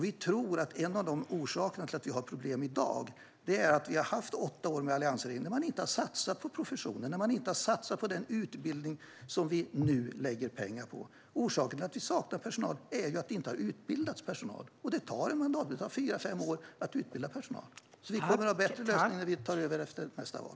Vi tror att en av orsakerna till att vi har problem i dag är att vi har haft åtta år med alliansregering då man inte har satsat på professionen och inte har satsat på den utbildning som vi nu lägger pengar på. Orsaken till att vi saknar personal är ju att det inte har utbildats personal, och det tar en mandatperiod. Det tar fyra fem år att utbilda personal. Vi kommer att ha bättre lösningar efter nästa val.